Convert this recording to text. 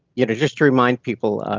you know just to remind people,